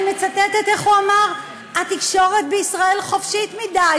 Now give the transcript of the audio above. אני מצטטת איך הוא אמר: התקשורת בישראל חופשית מדי.